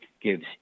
gives